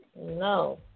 No